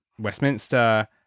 Westminster